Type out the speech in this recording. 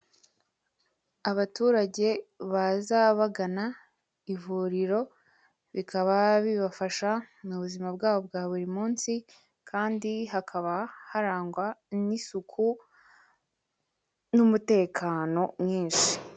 abaturage baza bagana ivuriro bikaba bibafasha mu buzima bwabo bwa buri munsi kandi hakaba harangwa n'isuku n'umutekano mwinshi.